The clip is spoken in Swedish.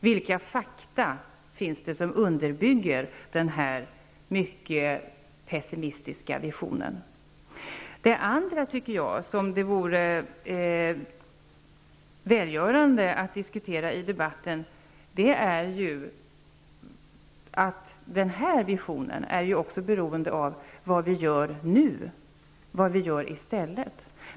Vilka fakta underbygger den här mycket pessimistiska visionen? Det vore också välgörande att diskutera det förhållande att den här visionen även är beroende av vad vi gör nu och vad vi gör i stället.